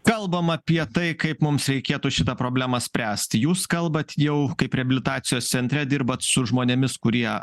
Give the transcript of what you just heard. kalbam apie tai kaip mums reikėtų šitą problemą spręst jūs kalbat jau kaip reabilitacijos centre dirbat su žmonėmis kurie